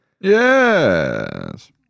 Yes